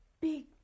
big